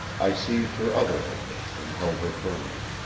i seized her other hand and held her firmly.